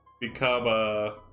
become